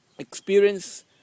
experience